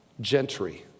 gentry